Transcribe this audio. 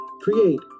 create